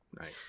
Nice